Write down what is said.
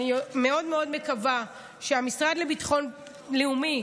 אני מאוד מאוד מקווה שהמשרד לביטחון לאומי,